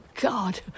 god